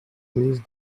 please